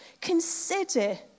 Consider